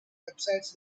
websites